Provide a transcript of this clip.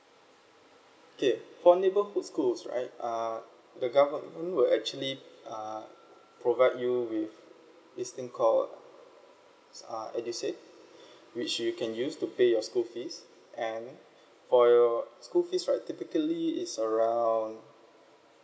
okay for neighborhood schools right uh the government will actually uh provide you with this thing called s~ uh edusave which you can use to pay your school fees and for your school fees right typically is around